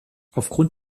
aufgrund